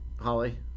Holly